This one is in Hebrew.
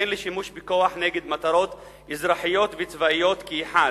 כן לשימוש בכוח נגד מטרות אזרחיות וצבאיות כאחד,